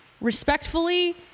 respectfully